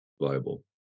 Bible